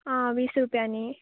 आं वीस रुपयांनी